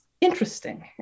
Interesting